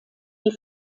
die